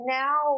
now